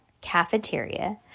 cafeteria